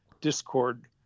discord